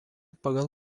pagal